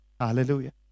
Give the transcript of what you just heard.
Hallelujah